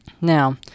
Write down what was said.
Now